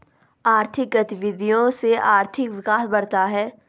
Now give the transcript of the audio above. आर्थिक गतविधियों से आर्थिक विकास बढ़ता है